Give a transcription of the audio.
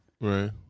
Right